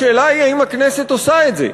השאלה היא, האם הכנסת עושה את זה?